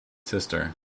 sister